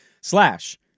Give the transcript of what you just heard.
slash